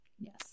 yes